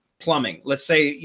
plumbing, let's say,